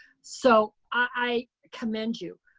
so i commend you.